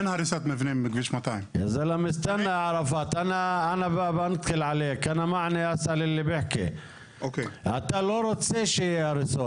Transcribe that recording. אין הריסת מבנים בכביש 200. אתה לא רוצה שיהרסו.